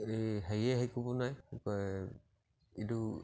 এই হেৰিয়ে হেৰি কৰিব নোৱাৰে কি কয় এইটো